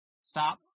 Stop